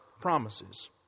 promises